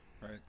Right